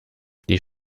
die